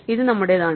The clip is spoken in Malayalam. ഇത് നമ്മുടേതാണ്